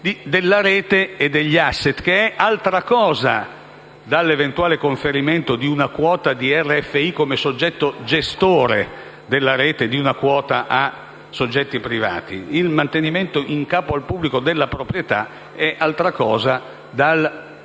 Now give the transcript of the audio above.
della rete e degli *asset*, che è altra cosa rispetto all'eventuale conferimento di una quota di RFI, come soggetto gestore della rete, a soggetti privati. Il mantenimento in capo al pubblico della proprietà è altra cosa